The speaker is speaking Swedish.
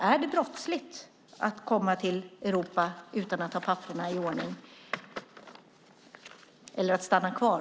Är det brottsligt att komma till Europa utan att ha papperen i ordning eller att stanna kvar?